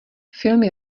filmy